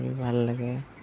ভাল লাগে